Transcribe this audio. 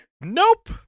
Nope